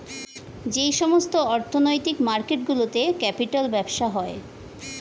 যেই সমস্ত অর্থনৈতিক মার্কেট গুলোতে ক্যাপিটাল ব্যবসা হয়